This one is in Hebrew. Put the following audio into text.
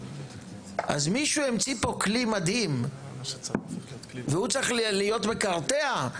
אז מישהו המציא פה כלי מדהים והוא צריך להיות מקרטע?